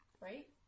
right